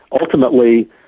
ultimately